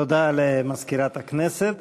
תודה למזכירת הכנסת.